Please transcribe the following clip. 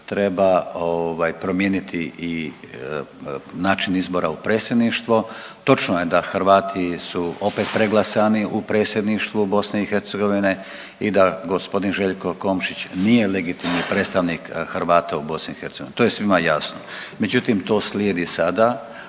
treba promijeniti i način izbora u predsjedništvo. Točno je da Hrvati su opet preglasani u predsjedništvu BiH i da g. Željko Komšić nije legitimni predstavnik Hrvata u BiH to je svima jasno. Međutim, to slijedi sada